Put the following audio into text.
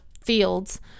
fields